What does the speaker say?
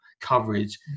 coverage